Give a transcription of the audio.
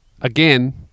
again